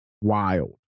Wild